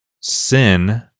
sin